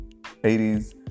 80s